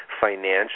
financial